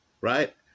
right